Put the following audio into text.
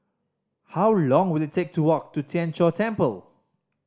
how long will it take to walk to Tien Chor Temple